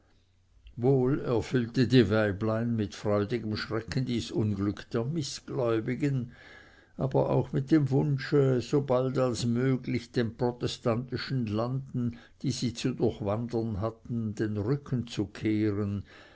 wohl erfüllte die weiblein mit freudigem schrecken dies unglück der mißgläubigen aber auch mit dem wunsche so bald als möglich den protestantischen landen die sie zu durchwandern hatten den rücken zu kehren